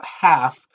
half